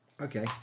Okay